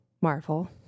Marvel